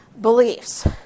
beliefs